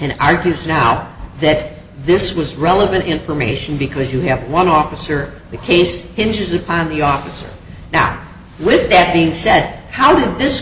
and i can see now that this was relevant information because you have one officer the case hinges upon the officer now with that being said how can this